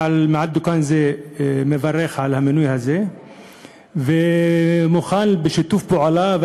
מעל דוכן זה אני מברך על המינוי הזה ומוכן לשיתוף פעולה,